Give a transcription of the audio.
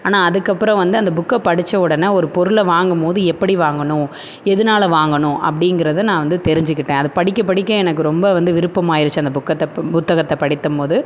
ஆனால் அதுக்கப்புறோம் வந்து அந்த புக்கை படித்தவொடன ஒரு பொருளை வாங்கும் பொது எப்படி வாங்கணும் எதனால வாங்கணும் அப்படிங்கிறத நான் வந்து தெரிஞ்சுக்கிட்டேன் அது படிக்க படிக்க எனக்கு ரொம்ப வந்து விருப்பமாயிடுச்சி அந்த புக்கத்தை புத்தகத்தை படித்த போது